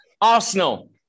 Arsenal